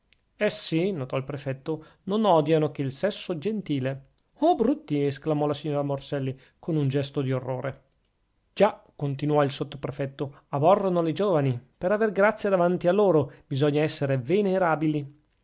affatto essi notò il sottoprefetto non odiano che il sesso gentile oh brutti esclamò la signora morselli con un gesto di orrore già continuò il sottoprefetto abborrono le giovani per aver grazia davanti a loro bisogna essere venerabili